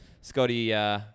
Scotty